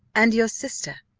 and your sister,